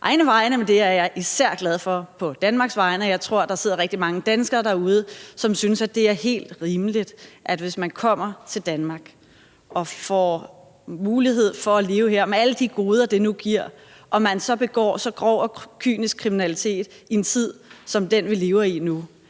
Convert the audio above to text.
egne vegne, men jeg er især glad for det på Danmarks vegne. Jeg tror, der sidder rigtig mange danskere derude, som synes, det er helt rimeligt, at det, hvis man kommer til Danmark og får mulighed for at leve her med alle de goder, det nu giver, og man så begår så grov og kynisk kriminalitet i en tid som den, vi lever i nu,